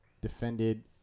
defended